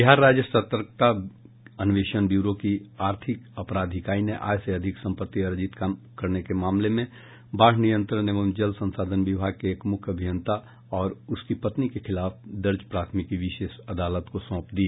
बिहार राज्य सतर्कता अन्वेष्ण ब्यूरो की आर्थिक अपराध इकाई ने आय से अधिक संपत्ति अर्जित करने के मामले में बाढ़ नियंत्रण एवं जल संसाधन विभाग के एक मुख्य अभियंता और उसकी पत्नी के खिलाफ दर्ज प्राथमिकी विशेष अदालत को साँप दी